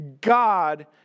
God